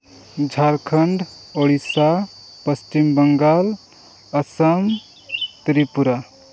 Jharkhand Odisha Paschim Banga Assam Tripura